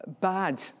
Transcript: bad